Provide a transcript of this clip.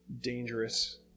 dangerous